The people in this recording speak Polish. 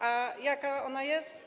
A jaka ona jest?